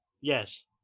Yes